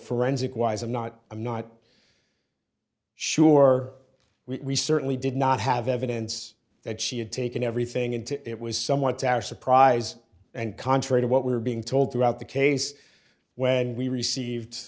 forensic wise i'm not i'm not sure we certainly did not have evidence that she had taken everything into it was somewhat to our surprise and contrary to what we're being told throughout the case when we received